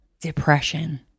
depression